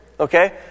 Okay